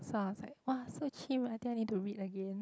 so I was like !wah! so chim I think I need to read again